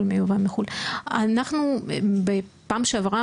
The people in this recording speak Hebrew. אנחנו בפעם שעברה,